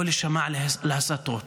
לא להישמע להסתות,